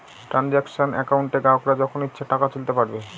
transaction একাউন্টে গ্রাহকরা যখন ইচ্ছে টাকা তুলতে পারবে